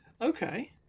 Okay